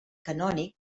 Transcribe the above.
canònic